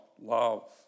love